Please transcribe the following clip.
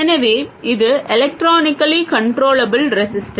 எனவே இது electronically controlled resistor